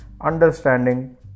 understanding